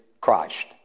Christ